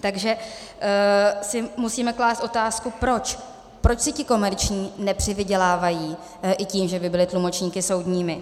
Takže si musíme klást otázku proč, proč si ti komerční nepřivydělávají i tím, že by byli tlumočníky soudními?